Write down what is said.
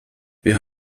wir